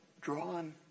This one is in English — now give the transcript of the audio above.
drawn